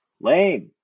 Lame